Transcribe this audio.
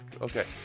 Okay